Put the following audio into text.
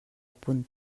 punt